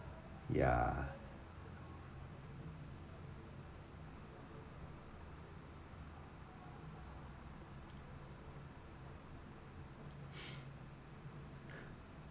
ya